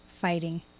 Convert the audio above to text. fighting